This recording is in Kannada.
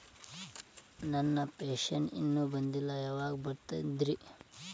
ನನ್ನ ಪೆನ್ಶನ್ ಇನ್ನೂ ಬಂದಿಲ್ಲ ಯಾವಾಗ ಬರ್ತದ್ರಿ?